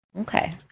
Okay